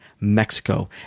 Mexico